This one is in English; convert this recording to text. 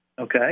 Okay